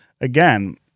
again